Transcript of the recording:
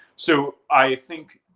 so i think,